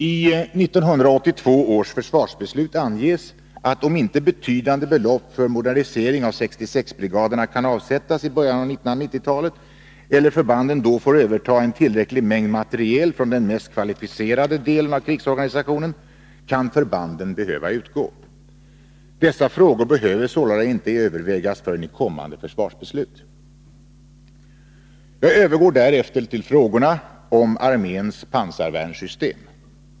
I 1982 års försvarsbeslut anges att om inte betydande belopp för modernisering av 66-brigaderna kan avsättas i början av 1990-talet eller förbanden då får överta en tillräcklig mängd materiel från den mest kvalificerade delen av krigsorganisationen, kan förbanden behöva utgå. Dessa frågor behöver sålunda inte övervägas förrän i kommande försvarsbeslut. Jag övergår därefter till frågorna om arméns pansarvärnssystem.